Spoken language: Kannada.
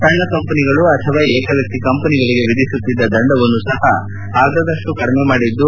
ಸಣ್ಣ ಕಂಪನಿಗಳು ಅಥವಾ ಏಕ ವ್ಯಕ್ತಿ ಕಂಪನಿಗಳಿಗೆ ವಿಧಿಸುತ್ತಿದ್ದ ದಂಡವನ್ನೂ ಸಹ ಅರ್ಧದಷ್ಟು ಕಡಿಮೆ ಮಾಡಿದ್ದು